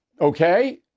Okay